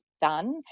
done